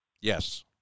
Yes